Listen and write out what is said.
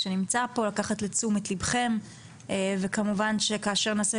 נא לקחת לתשומת ליבכם וכמובן שכאשר נעשה